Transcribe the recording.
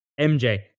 MJ